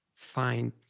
find